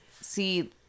see